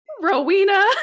rowena